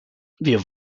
wir